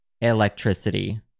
electricity